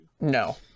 No